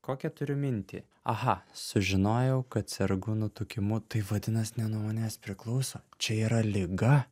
kokią turiu minty aha sužinojau kad sergu nutukimu tai vadinas ne nuo manęs priklauso čia yra liga